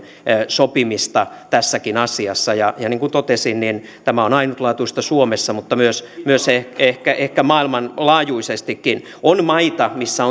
sopimista tässäkin asiassa niin kuin totesin tämä on ainutlaatuista suomessa mutta myös ehkä ehkä maailmanlaajuisestikin on maita missä